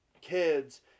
kids